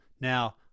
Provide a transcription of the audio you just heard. Now